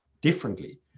differently